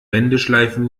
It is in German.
wendeschleifen